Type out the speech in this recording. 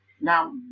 Now